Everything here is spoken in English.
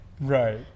Right